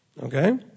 Okay